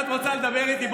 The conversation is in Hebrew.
אם את רוצה לדבר איתי,